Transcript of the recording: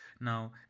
now